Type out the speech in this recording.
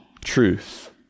truth